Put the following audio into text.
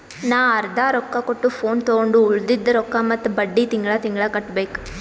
ನಾ ಅರ್ದಾ ರೊಕ್ಕಾ ಕೊಟ್ಟು ಫೋನ್ ತೊಂಡು ಉಳ್ದಿದ್ ರೊಕ್ಕಾ ಮತ್ತ ಬಡ್ಡಿ ತಿಂಗಳಾ ತಿಂಗಳಾ ಕಟ್ಟಬೇಕ್